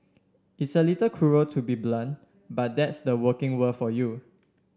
it's a little cruel to be so blunt but that's the working world for you